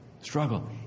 Struggle